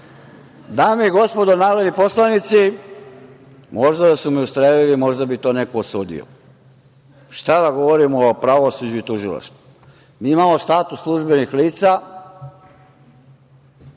i gospodo narodni poslanici, možda da su me ustrelili možda bi to neko osudio. Šta da govorim o pravosuđu i tužilaštvu? Mi imamo status službenih lica